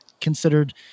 considered